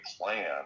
plan